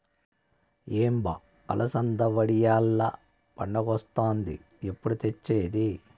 ఏం బా అలసంద వడియాల్ల పండగొస్తాంది ఎప్పుడు తెచ్చేది